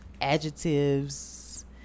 Adjectives